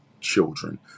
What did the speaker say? children